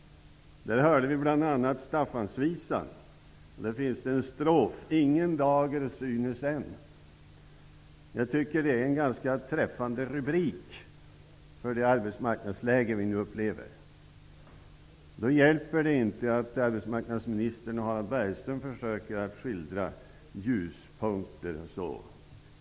Vi hörde bl.a. Staffansvisan. Där finns det en vers som lyder: Ingen dager synes än. Jag tycker att det är en ganska träffande rubrik för det arbetsmarknadsläge vi nu upplever. Då hjälper det inte att arbetsmarknadsministern och Harald Bergström försöker att skildra ljuspunkter.